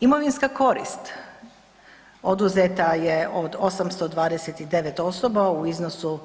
Imovinska korist oduzeta je od 829 osoba u iznosu